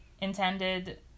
intended